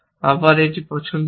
আবার একটি পছন্দ আছে